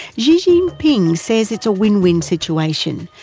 xi jinping says it's a win-win situation,